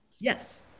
Yes